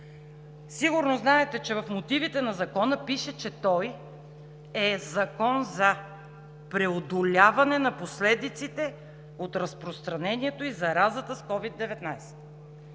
Сигурно знаете, че в мотивите на Закона пише, че той е Закон за преодоляване на последиците от разпространението и заразата с COVID-19.